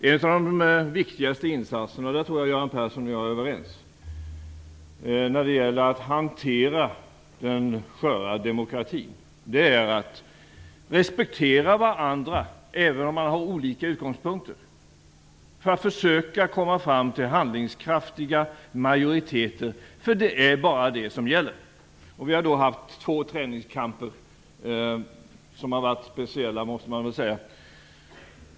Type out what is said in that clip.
Jag tror att Göran Persson och jag är överens om att en av de viktigaste insatserna när det gäller att hantera den sköra demokratin är att respektera varandras olika utgångspunkter för att försöka att få till stånd handlingskraftiga majoriteter. Det är bara detta som gäller. Vi har haft två träningskamper som har varit speciella.